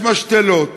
יש משתלות,